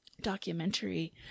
documentary